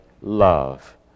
love